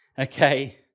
Okay